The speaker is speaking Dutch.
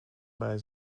bij